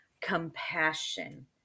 compassion